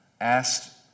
asked